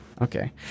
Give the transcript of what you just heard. Okay